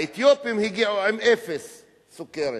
האתיופים הגיעו עם אפס סוכרת,